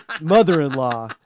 mother-in-law